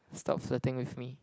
stop flirting with me